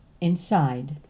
inside